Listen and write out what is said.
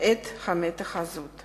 את המתח הזה.